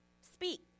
speak